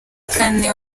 kane